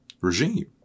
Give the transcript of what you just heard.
regime